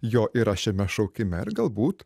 jo yra šiame šaukime ir galbūt